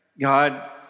God